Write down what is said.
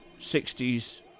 60s